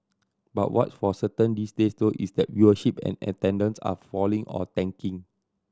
but what's for certain these days though is that viewership and attendance are falling or tanking